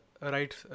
right